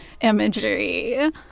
imagery